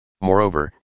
Moreover